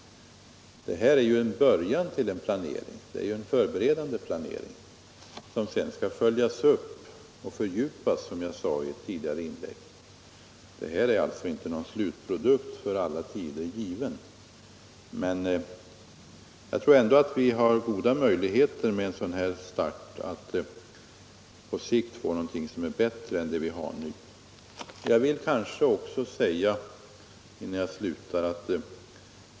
Det här är en början till en planering, det är en förberedande planering som sedan skall följas upp och fördjupas, som jag sade i ett tidigare inlägg. Det är inte - Nr 86 en slutprodukt för alla tider given. Men jag tror ändå att vi har många Torsdagen den möjligheter att med en sådan här start på sikt få någonting bättre än 18 mars 1976 det vi nu har.